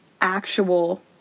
actual